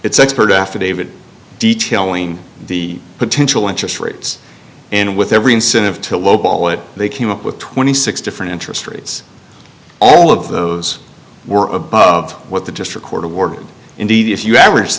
it's expert affidavit detailing the potential interest rates and with every incentive to lowball it they came up with twenty six different interest rates all of those were above what the just record award and indeed if you average